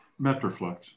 Metroflex